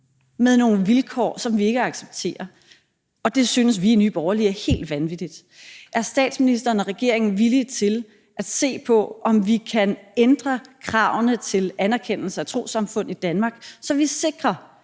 med nogle vilkår, som vi ikke accepterer. Og det synes vi i Nye Borgerlige er helt vanvittigt. Er statsministeren og regeringen villige til at se på, om vi kan ændre kravene til anerkendelse af trossamfund i Danmark, så vi sikrer,